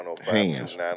Hands